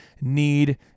need